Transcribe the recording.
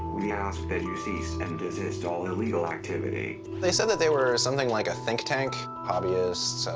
we ask that you cease and desist all illegal activity. they said that they were something like a think tank, hobbyists,